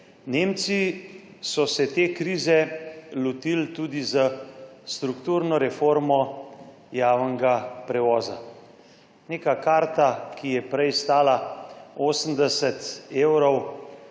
Nemci so se te krize lotili tudi s strukturno reformo javnega prevoza. Neka karta, ki je prej stala 80 evrov,